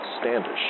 Standish